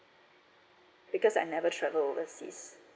because I never travel overseas